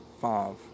five